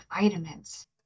vitamins